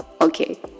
okay